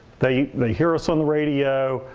they they hear us on the radio,